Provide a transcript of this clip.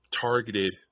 targeted